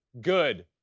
good